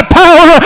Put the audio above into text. power